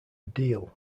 deal